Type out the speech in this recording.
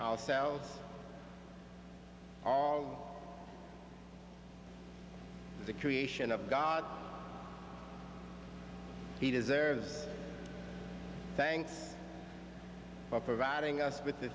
i'll sell all the creation of god he deserves thanks for providing us with the